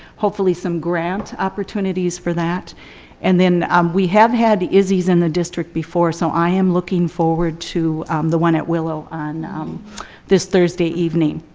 hopefully some grant opportunities for that and then we have had isis in the district before so i am looking forward to the one at willow on this thursday evening.